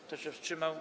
Kto się wstrzymał?